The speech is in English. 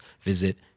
visit